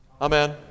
amen